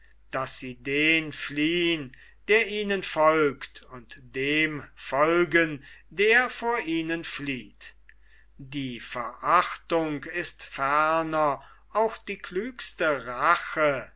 daß sie den fliehen der ihnen folgt und dem folgen der vor ihnen flieht die verachtung ist ferner auch die klügste rache